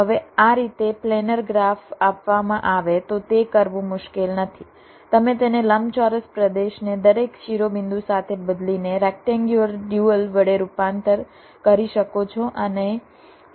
હવે આ રીતે પ્લેનર ગ્રાફ આપવામાં આવે તો તે કરવું મુશ્કેલ નથી તમે તેને લંબચોરસ પ્રદેશને દરેક શિરોબિંદુ સાથે બદલીને રેક્ટેન્ગ્યુલર ડ્યુઅલ વડે રૂપાંતર કરી શકો છો અને તમને આ રીતે ફ્લોર પ્લાન મળશે